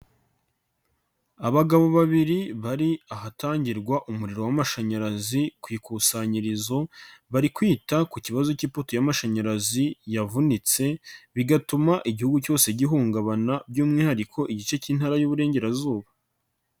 Abagabo babiri bari ahatangirwa umuriro w'amashanyarazi ku ikusanyirizo, bari kwita ku kibazo cy'ipoto y'amashanyarazi yavunitse bigatuma igihugu cyose gihungabana, by'umwihariko igice cy'intara y'Uburengerazuba.